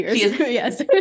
Yes